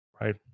right